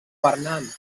governant